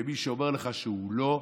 ומי שאומר לך שהוא לא,